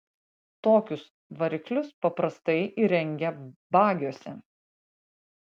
tokius variklius paprastai įrengia bagiuose